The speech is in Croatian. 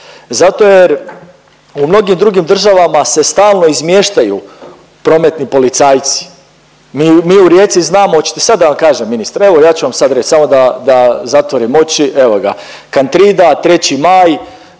zato jer u mnogim drugim državama se stalno izmještaju prometni policajci. Mi u Rijeci znamo oćete sad da vam kažem ministre, evo ja ću vam sad reć samo da zatvorim oči, evoga, Kantrida, 3. Maj,